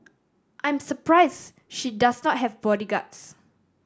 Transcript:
I'm surprise she does not have bodyguards